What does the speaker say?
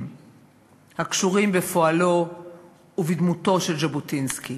הקשורים בפועלו ובדמותו של ז'בוטינסקי.